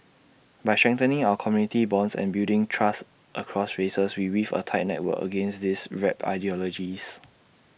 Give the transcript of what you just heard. by strengthening our community bonds and building trust across races we weave A tight network against these warped ideologies